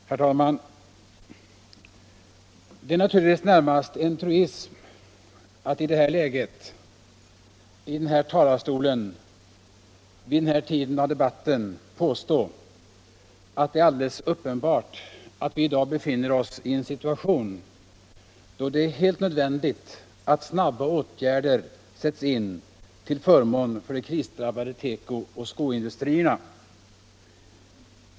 Herr talman! Det är naturligtvis närmast en truism att i nuvarande läge i denna talarstol och i detta skede av debatten påstå att det är alldeles uppenbart att vi i dag befinner oss i en situation då det är helt nödvändigt att sätta in snabba åtgärder till förmån för de krisdrabbade teko och skoindustrierna.